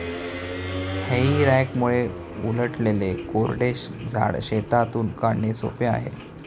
हेई रॅकमुळे उलटलेले कोरडे झाड शेतातून काढणे सोपे आहे